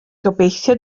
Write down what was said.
gobeithio